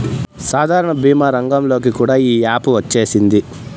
సాధారణ భీమా రంగంలోకి కూడా ఈ యాపు వచ్చేసింది